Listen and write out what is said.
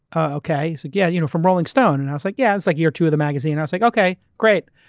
ah okay. so yeah. you know from rolling stone, and i was like, yeah. it's like year two of the magazine, i say. like okay, great.